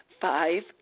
Five